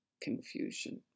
confusion